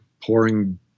pouring